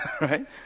right